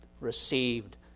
received